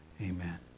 Amen